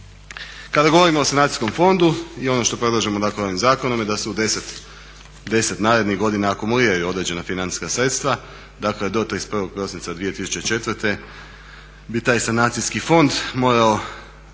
Kada govorimo o sanacijskom fondu i ono što predlažemo dakle ovim zakonom da se u 10, 10 narednih godina akumuliraju određena financijska sredstva dakle do 31. prosinca 2004. bi taj sanacijski fond morao